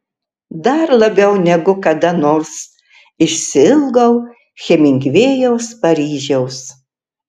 dar labiau negu kada nors išsiilgau hemingvėjaus paryžiaus